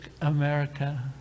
America